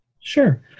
Sure